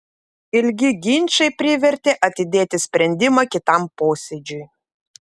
ilgi ginčai privertė atidėti sprendimą kitam posėdžiui